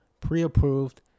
pre-approved